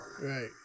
Right